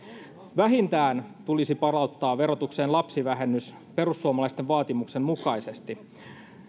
vähintään tulisi palauttaa verotukseen lapsivähennys perussuomalaisten vaatimuksen mukaisesti